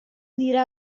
dira